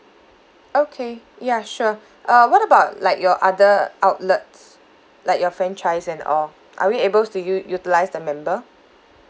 okay sure uh what about like your other outlets like your franchise and all are we able to u~ utilise the member